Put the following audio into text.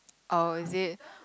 oh is it